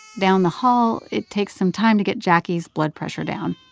down the hall, it takes some time to get jacquie's blood pressure down.